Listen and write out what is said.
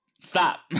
Stop